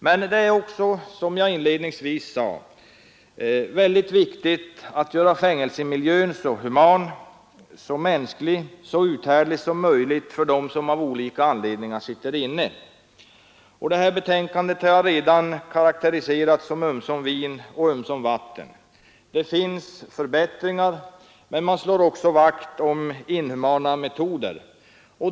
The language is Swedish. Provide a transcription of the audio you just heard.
Men som jag inledningsvis sade är det också mycket viktigt att göra fängelsemiljön så human och så uthärdlig som möjligt för alla dem som av skilda anledningar sitter inne. Jag har redan karakteriserat betänkandet som ”ömsom vin och ömsom vatten”. Det finns förbättringar, men man slår också vakt om inhumana metoder.